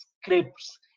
scripts